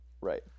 Right